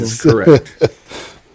correct